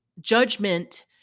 judgment